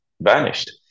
vanished